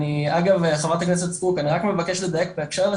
אגב חה"כ סטרוק אני רק מבקש לדייק בהקשר לזה